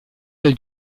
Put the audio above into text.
del